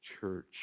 church